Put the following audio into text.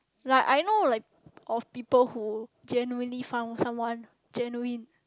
like I know like of people who genuinely found someone genuine